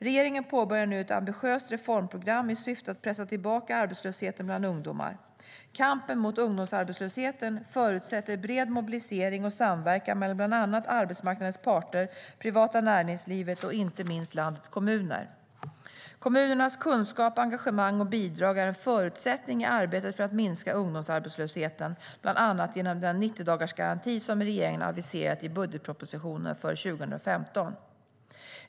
Regeringen påbörjar nu ett ambitiöst reformprogram i syfte att pressa tillbaka arbetslösheten bland ungdomar. Kampen mot ungdomsarbetslösheten förutsätter bred mobilisering och samverkan mellan bland annat arbetsmarknadens parter, privata näringslivet och inte minst landets kommuner. Kommunernas kunskap, engagemang och bidrag är en förutsättning i arbetet för att minska ungdomsarbetslösheten, bland annat genom den 90-dagarsgaranti som regeringen aviserat i budgetpropositionen för 2015.